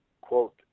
quote